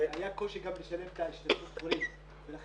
היה גם קושי לשלם את השתתפות ההורים ולכן